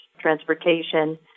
transportation